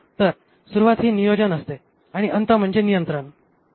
तर सुरुवात ही नियोजन असते आणि अंत म्हणजे नियंत्रण होय